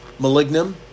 malignum